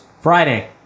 Friday